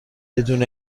بدون